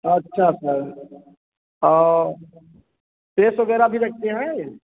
अच्छा सर और प्रेस वगैरह भी रखते हैं